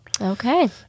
Okay